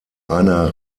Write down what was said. einer